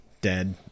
dead